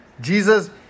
Jesus